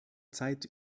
zeit